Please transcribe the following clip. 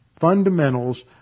fundamentals